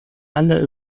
alle